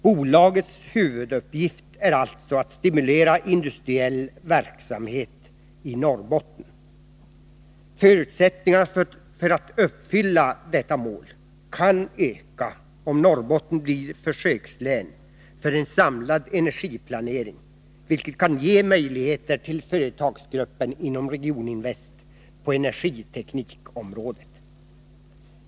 Bolagets huvuduppgift är alltså att stimulera industriell utveckling i Norrbotten. Förutsättningarna för att uppfylla detta mål kan öka om Norrbotten blir försökslän för en samlad energiplanering, vilket kan ge möjligheter till företagsgruppen inom Regioninvest på energiteknikområdet.